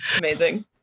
amazing